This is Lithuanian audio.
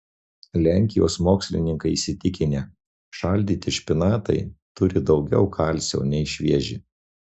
lenkijos mokslininkai įsitikinę šaldyti špinatai turi daugiau kalcio nei švieži